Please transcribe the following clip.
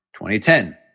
2010